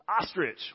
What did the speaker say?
Ostrich